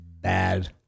bad